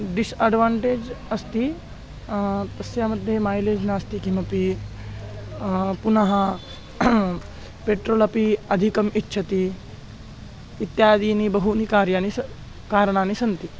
डिस् advantage अस्ति तस्य मध्ये मैलेज् नास्ति किमपि पुनः पेट्रोल् अपि अधिकम् इच्छति इत्यादीनि बहूनि कार्याणि सः काणानि सन्ति